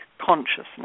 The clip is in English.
consciousness